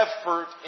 effort